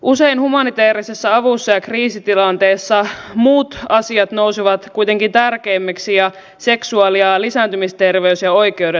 usein humanitäärisessä avussa ja kriisitilanteessa muut asiat nousevat kuitenkin tärkeämmiksi ja seksuaali ja lisääntymisterveys ja oikeudet unohtuvat